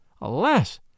Alas